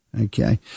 Okay